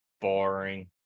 boring